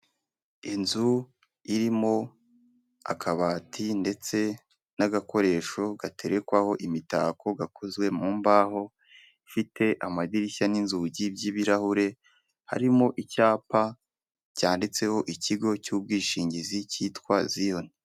Inzu irimo akabati ndetse n'agakoresho gaterekwaho imitako gakozwe mu mbaho, ifite amadirishya n'inzugi by'ibirahure, harimo icyapa cyanditseho ikigo cy'ubwishingizi cyitwa ziyoni.